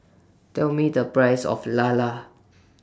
Tell Me The Price of Lala